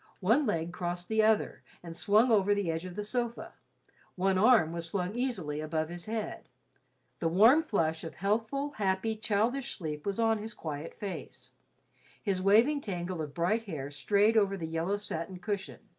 one leg crossed the other and swung over the edge of the sofa one arm was flung easily above his head the warm flush of healthful, happy, childish sleep was on his quiet face his waving tangle of bright hair strayed over the yellow satin cushion.